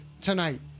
Tonight